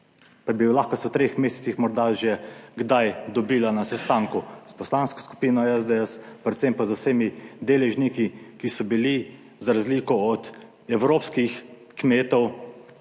pa bi jo lahko se v treh mesecih, morda že kdaj, dobila na sestanku s Poslansko skupino SDS, predvsem pa z vsemi deležniki, ki so bili za razliko od evropskih kmetov